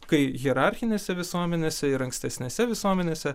kai hierarchinėse visuomenėse ir ankstesnėse visuomenėse